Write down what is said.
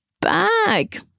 bag